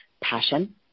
passion